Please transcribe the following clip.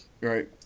Right